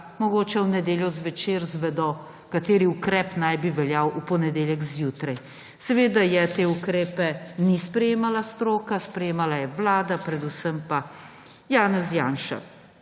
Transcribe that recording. mogoče v nedeljo zvečer izvedo, kateri ukrep naj bi veljal v ponedeljek zjutraj. Seveda teh ukrepov ni sprejemala stroka, sprejemala jih je Vlada, predvsem pa Janez Janša,